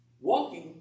Walking